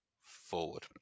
forward